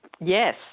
yes